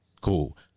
Cool